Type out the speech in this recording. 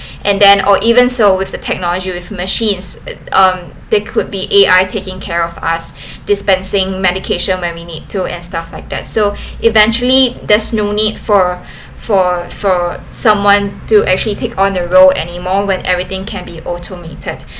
and then or even so with the technology with machines um there could be A_I taking care of us dispensing medication when we need to and stuff like that so eventually there's no need for for for someone to actually take on the role anymore when everything can be automated